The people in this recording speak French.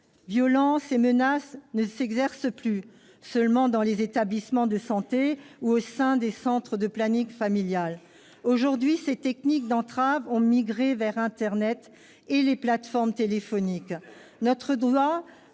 violences et menaces ne s'exercent plus seulement dans les établissements de santé ou au sein des centres du planning familial. Aujourd'hui, ces techniques d'entrave ont migré vers internet et les plateformes téléphoniques. Notre droit